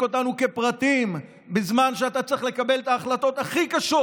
אותנו כפרטים בזמן שאתה צריך לקבל את ההחלטות הכי קשות,